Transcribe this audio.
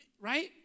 right